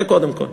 זה קודם כול.